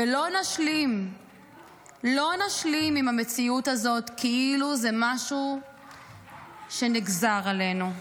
ולא נשלים עם המציאות הזאת כאילו זה משהו שנגזר עלינו.